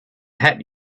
hat